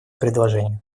предложение